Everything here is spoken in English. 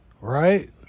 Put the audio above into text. right